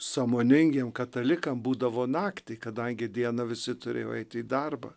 sąmoningiem katalikam būdavo naktį kadangi dieną visi turėjo eiti į darbą